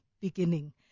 beginning